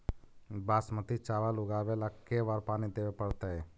बासमती चावल उगावेला के बार पानी देवे पड़तै?